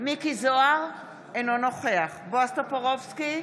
מכלוף מיקי זוהר, אינו נוכח בועז טופורובסקי,